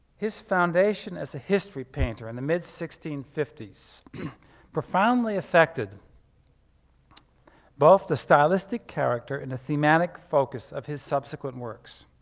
his foundation as a history painter in the mid sixteen fifty s profoundly effected both the stylistic character and the thematic focus of his subsequent works.